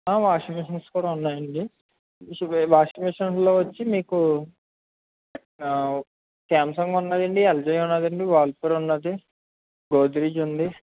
ఆ washing machines కూడా ఉన్నాయండి వాషింగ్ మిషన్ లో వచ్చి మీకు ఆ స్యామ్సంగ్ ఉన్నదండి ఎల్జీ ఉన్నదండి ఆ వాల్ పూల్ ఉన్నది గోద్రీజ్ ఉంది